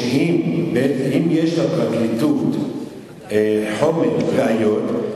שאם יש בפרקליטות חומר ראיות,